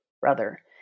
brother